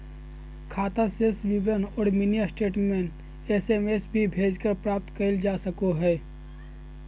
खाता शेष विवरण औरो मिनी स्टेटमेंट एस.एम.एस भी भेजकर प्राप्त कइल जा सको हइ